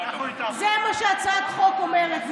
זה מה שהצעת החוק אומרת,